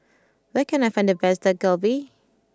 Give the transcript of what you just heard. where can I find the best Dak Galbi